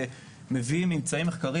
שמביא ממצאים מחקריים.